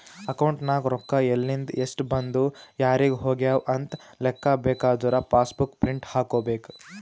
account ನಾಗ್ ರೊಕ್ಕಾ ಎಲಿಂದ್, ಎಸ್ಟ್ ಬಂದು ಯಾರಿಗ್ ಹೋಗ್ಯವ ಅಂತ್ ಲೆಕ್ಕಾ ಬೇಕಾದುರ ಪಾಸ್ ಬುಕ್ ಪ್ರಿಂಟ್ ಹಾಕೋಬೇಕ್